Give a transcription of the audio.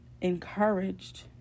encouraged